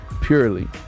purely